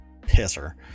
pisser